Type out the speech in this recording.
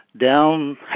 down